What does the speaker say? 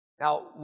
Now